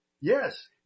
Yes